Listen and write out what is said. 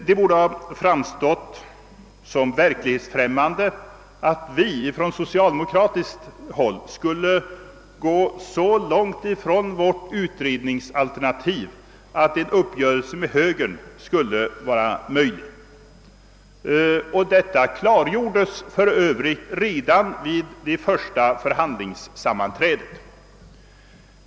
Det borde ha framstått som verklighetsfrämmande att vi från socialdemokratiskt håll skulle avlägsna oss så långt från vårt utredningsalternativ att en uppgörelse med högern bleve möjlig. Detta klargjordes för övrigt redan vid det första förhandlingssammanträdet.